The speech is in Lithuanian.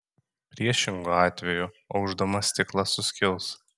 priešingu atveju aušdamas stiklas suskils